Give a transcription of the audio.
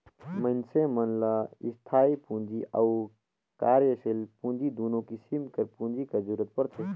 मइनसे मन ल इस्थाई पूंजी अउ कारयसील पूंजी दुनो किसिम कर पूंजी कर जरूरत परथे